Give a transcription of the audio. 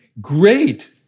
great